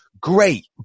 Great